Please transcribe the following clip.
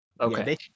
okay